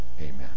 Amen